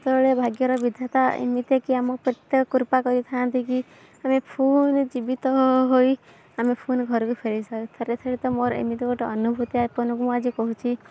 ସେତେବେଳେ ଭାଗ୍ୟର ବିଧାତା ଏମିତିକି ଆମ ପ୍ରତ କୃପା କରିଥାନ୍ତି କି ଆମେ ଫୁଣି ଜୀବିତ ହୋଇ ଆମେ ଫୁଣି ଘରକୁ ଫେରିଯାଉ ଥରେ ଥରେ ତ ମୋର ଏମିତି ଗୋଟେ ଅନୁଭୂତି ଆପନଙ୍କୁ ମୁଁ ଆଜି କହୁଛି